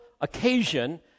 occasion